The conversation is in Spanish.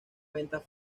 ventas